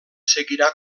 seguirà